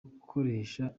gukoresha